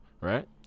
right